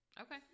okay